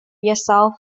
yourself